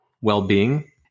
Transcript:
well-being